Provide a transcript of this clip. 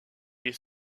est